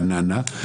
ברעננה,